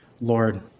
Lord